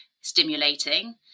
stimulating